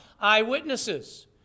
eyewitnesses